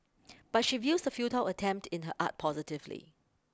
but she views the futile attempt in her art positively